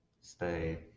stay